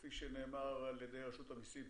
כפי שנאמר על ידי רשות המסים,